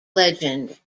legend